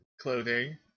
clothing